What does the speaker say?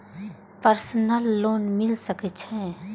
Personal loan मिल सके छे?